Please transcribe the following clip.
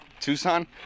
Tucson